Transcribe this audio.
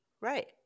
Right